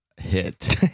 hit